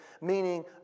meaning